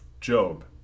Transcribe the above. Job